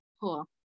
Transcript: Cool